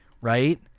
right